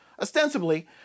Ostensibly